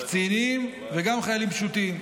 קצינים וגם חיילים פשוטים.